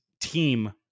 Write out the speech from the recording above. team